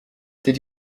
did